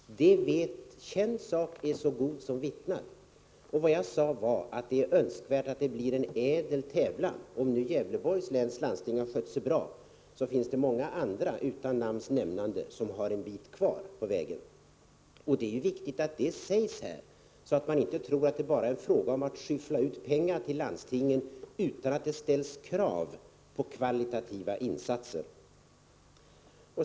Känd sak är så god som vittnad. Vad jag sade var att det är önskvärt att det blir en ädel tävlan. Även om Gävleborgs läns landsting har skött sig bra, finns det många andra — utan 83 namns nämnande — som har en bit kvar på vägen. Det är viktigt att det sägs här, så att man inte tror att det bara är fråga om att skyffla ut pengar till landstingen utan att det ställs krav på kvalitativa insatser.